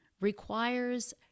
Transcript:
Requires